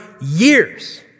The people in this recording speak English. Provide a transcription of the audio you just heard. years